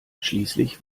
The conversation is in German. schließlich